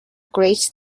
great